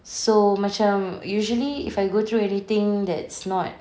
so macam usually if I go through anything that's not